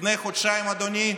לפני חודשיים, אדוני,